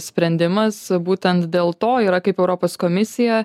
sprendimas būtent dėl to yra kaip europos komisija